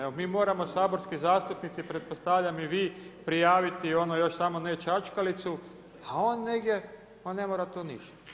Evo mi moramo saborski zastupnici pretpostavljam i vi, prijaviti ono još samo ne čačkalicu, a on negdje, a ne mora tu ništa.